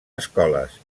escoles